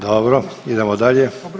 Dobro, idemo dalje.